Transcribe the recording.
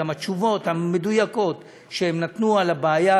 גם התשובות המדויקות שנתנו על הבעיה,